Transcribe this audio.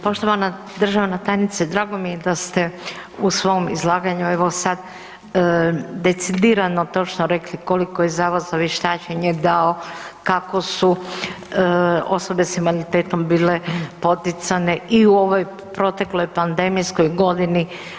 Poštovana državna tajnice, drago mi je da ste u svom izlaganju evo sad decidirano točno rekli koliko je Zavod za vještačenje dao kako su osobe sa invaliditetom bile poticane i u ovoj protekloj pandemijskoj godini.